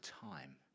time